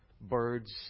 Birds